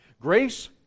grace